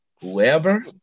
Whoever